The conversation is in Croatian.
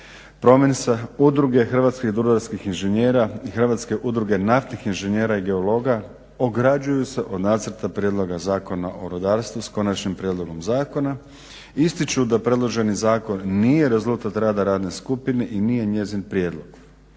PROMINS-a, Udruge hrvatskih rudarskih inženjera i Hrvatske udruge naftnih inženjera i geologa ograđuju se od Nacrta prijedloga zakona o rudarstvu s konačnim prijedlogom zakona. Ističu da predloženi zakon nije rezultat rada radne skupine i nije njezin prijedlog.